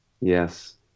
Yes